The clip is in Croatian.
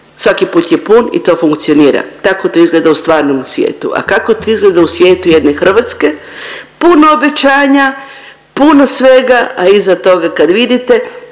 svaki put je pun i to funkcionira, tako to izgleda u stvarnom svijetu, a kako to izgleda u svijetu jedne Hrvatske? Puno obećanja, puno svega, a iza toga kad vidite